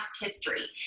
history